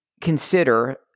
consider